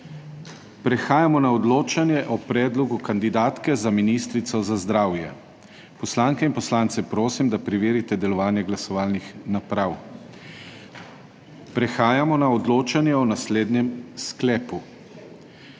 Prehajamo na odločanje o predlogu kandidatke za ministrico za zdravje. Poslanke in poslance prosim, da preverite delovanje glasovalnih naprav. Prehajamo na odločanje o naslednjem sklepu: